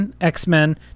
x-men